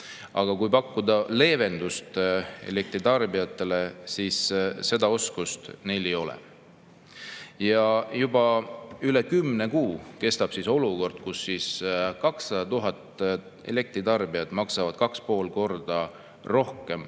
vaja] pakkuda leevendust elektritarbijatele, siis seda oskust neil ei ole. Juba üle kümne kuu kestab olukord, kus 200 000 elektritarbijat maksavad 2,5 korda rohkem